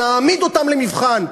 נעמיד אותם למבחן.